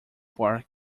bark